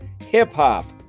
hip-hop